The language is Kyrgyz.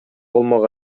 болмок